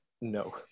No